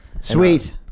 Sweet